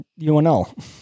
UNL